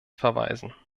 verweisen